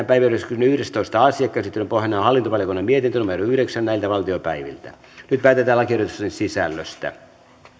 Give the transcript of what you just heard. päiväjärjestyksen yhdestoista asia käsittelyn pohjana on hallintovaliokunnan mietintö yhdeksän nyt päätetään lakiehdotuksen sisällöstä